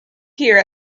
here